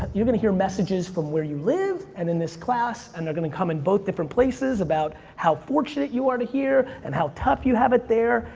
you're gonna hear messages from where you live, and in this class, and they're gonna come in both different places about how fortunate you are here, and how tough you have it there,